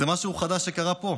זה משהו חדש שקרה פה.